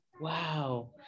wow